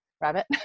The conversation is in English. rabbit